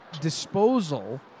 disposal